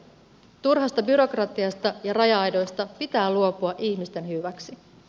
turhasta byrokratiasta ja raja aidoista pitää luopua ihmisten hyväksi